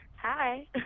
Hi